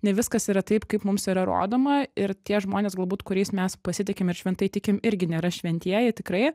ne viskas yra taip kaip mums yra rodoma ir tie žmonės galbūt kuriais mes pasitikim ir šventai tikim irgi nėra šventieji tikrai